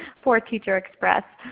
poor teacher xpress.